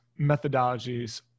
methodologies